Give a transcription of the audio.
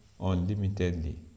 unlimitedly